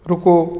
ਰੁਕੋ